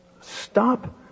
Stop